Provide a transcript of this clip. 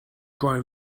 grown